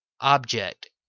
Object